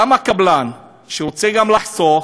גם הקבלן שרוצה גם לחסוך,